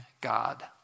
God